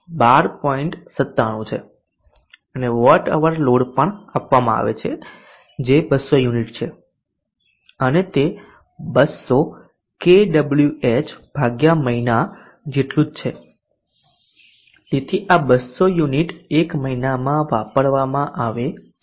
97 છે અને watt hour load પણ આપવામાં આવે છે જે 200 યુનિટ છે અને તે 200 કેડબ્લ્યુએચ મહિના જેટલું જ છે તેથી આ 200 યુનિટ એક મહિનામાં વાપરવામાં આવે છે